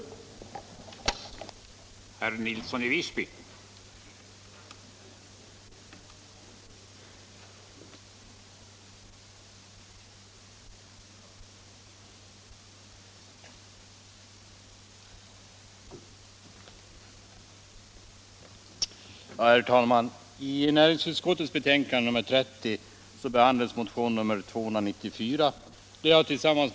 Näringspolitiken Näringspolitiken 130